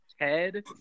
Ted